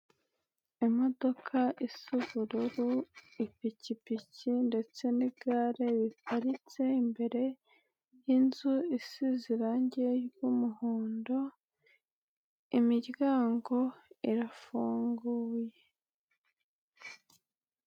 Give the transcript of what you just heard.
Imodoka isa ubururu, ipikipiki ndetse n'igare riparitse imbere y'inzu isize irangi ry'umuhondo, imiryango irafunguye.